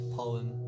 Poem